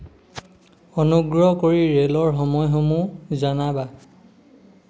অনুগ্ৰহ কৰি ৰে'লৰ সময়সমূহ জনাবা